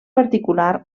particular